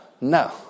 No